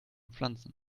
pflanzen